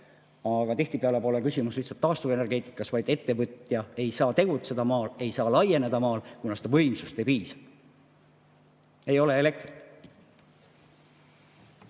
Aga tihtipeale ei ole küsimus lihtsalt taastuvenergias, vaid ettevõtja ei saa tegutseda maal, ei saa laieneda maal, kuna võimsust ei piisa, ei ole elektrit.